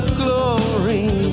glory